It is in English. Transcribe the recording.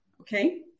okay